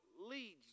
leads